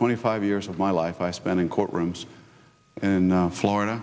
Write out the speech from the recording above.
twenty five years of my life i spent in courtrooms and in florida